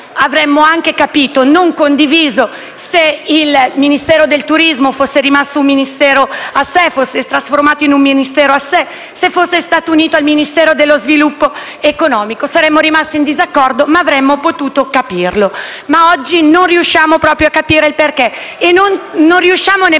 avremmo anche capito, pur non condividendo, se il Ministero del turismo fosse stato trasformato in un Ministero a sé o se fosse stato unito al Ministero dello sviluppo economico: saremmo stati in disaccordo, ma avremmo potuto capirlo. Ma oggi non riusciamo proprio a capire il motivo, né riusciamo a